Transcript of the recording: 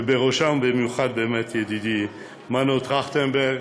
ובראשם במיוחד, באמת, ידידי מנו טרכטנברג,